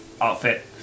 outfit